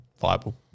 viable